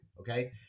okay